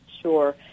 Sure